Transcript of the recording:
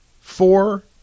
four